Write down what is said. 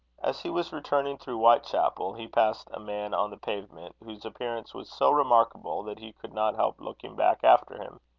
as he was returning through whitechapel, he passed a man on the pavement, whose appearance was so remarkable that he could not help looking back after him.